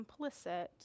complicit